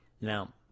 Now